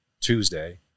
Tuesday